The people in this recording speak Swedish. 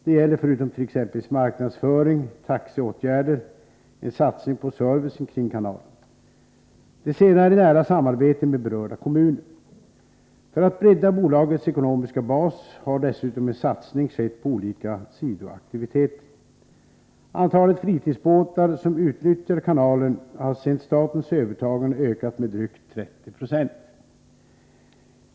Det gäller, förutom t.ex. marknadsföring och taxeåtgärder, en satsning på servicen kring kanalen. Det senare i nära samarbete med berörda kommuner. För att bredda bolagets ekonomiska bas har dessutom en satsning skett på olika sidoaktiviteter. Antalet fritidsbåtar som utnyttjar kanalen har sedan statens övertagande ökat med drygt 30 20.